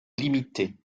limitée